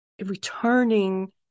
returning